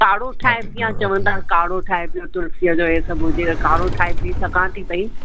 काढ़ो ठाहे पियां चवंदा काढ़ो ठाहे पीयो तुलसीअ जो हीअ सभु हुजे काढ़ो ठाहे पी सघां थी पई